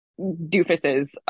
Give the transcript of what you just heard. doofuses